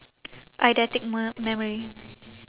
eidetic m~ memory